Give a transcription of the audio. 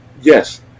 Yes